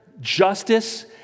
justice